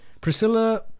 Priscilla